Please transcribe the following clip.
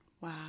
Wow